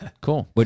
cool